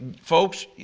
folks